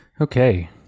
okay